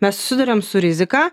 mes susiduriam su rizika